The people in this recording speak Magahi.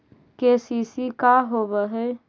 के.सी.सी का होव हइ?